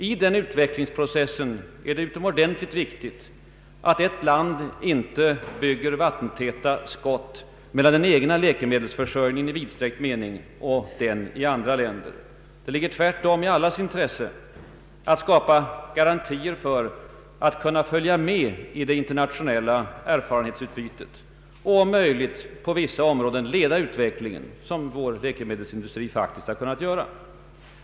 I den utvecklingsprocessen är det utomordentligt viktigt att ett land inte bygger vattentäta skott mellan den egna läkemedelsförsörjningen i vidsträckt mening och den i andra länder. Det ligger tvärtom i allas intresse att skapa garantier för att kunna följa med i det internationella erfarenhetsutbytet och om möjligt på vissa områden leda utvecklingen, vilket vår läkemedelsindustri faktiskt har kunnat göra.